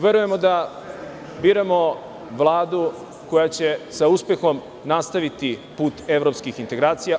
Verujemo da biramo Vladu koja će sa uspehom nastaviti put evropskih integracija.